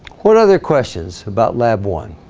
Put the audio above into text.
what other questions about lab one